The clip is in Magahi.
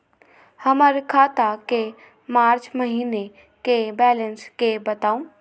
हमर खाता के मार्च महीने के बैलेंस के बताऊ?